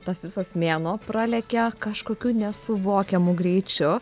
tas visas mėnuo pralekia kažkokiu nesuvokiamu greičiu